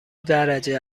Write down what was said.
درجه